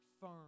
firm